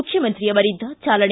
ಮುಖ್ಯಮಂತ್ರಿ ಅವರಿಂದ ಚಾಲನೆ